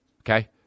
Okay